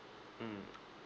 mm